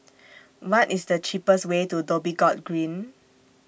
What IS The cheapest Way to Dhoby Ghaut Green